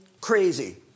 crazy